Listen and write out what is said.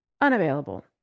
unavailable